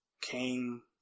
came